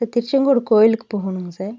sir Tiruchengode கோவிலுக்கு போகணும்ங்க sir